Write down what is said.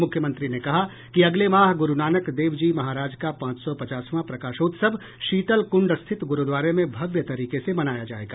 मुख्यमंत्री ने कहा कि अगले माह ग़्रूनानक देव जी महाराज का पांच सौ पचासवां प्रकाशोत्सव शीतल कुंड स्थित गुरूद्वारे में भव्य तरीके से मनाया जायेगा